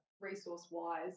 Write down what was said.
resource-wise